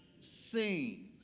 seen